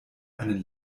einen